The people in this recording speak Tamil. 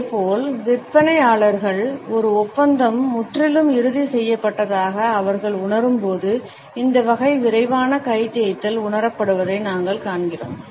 இதேபோல் விற்பனையாளர்களின் ஒரு ஒப்பந்தம் முற்றிலும் இறுதி செய்யப்பட்டதாக அவர்கள் உணரும்போது இந்த வகை விரைவான கை தேய்த்தல் உணரப்படுவதை நாங்கள் காண்கிறோம்